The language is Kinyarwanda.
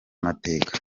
amateka